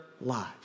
lives